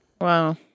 Wow